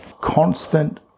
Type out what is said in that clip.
constant